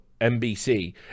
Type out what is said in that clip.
NBC